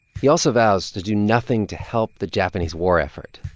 he also vows to do nothing to help the japanese war effort.